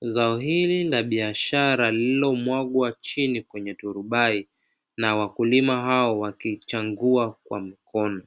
zao hili la biashara lililomwagwa chini kwenye turubai na wakulima hao wakichambua kwa mkono.